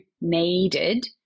needed